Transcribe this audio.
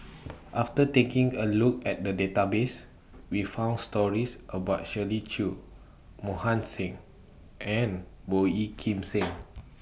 after taking A Look At The Database We found stories about Shirley Chew Mohan Singh and Boey Kim Cheng